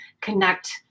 connect